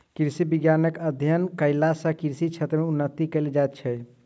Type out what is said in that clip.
कृषि विज्ञानक अध्ययन कयला सॅ कृषि क्षेत्र मे उन्नति कयल जाइत छै